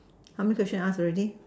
how many questions asked already